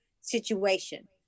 situation